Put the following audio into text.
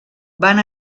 van